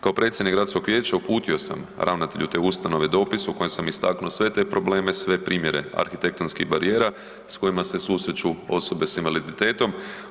Kao predsjednik gradskog vijeća uputio sam ravnatelju te ustanove dopis u kojem sam istaknuo sve te probleme, sve primjere arhitektonskih barijera s kojima se susreću osobe s invaliditetom.